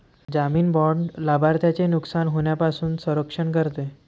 जामीन बाँड लाभार्थ्याचे नुकसान होण्यापासून संरक्षण करते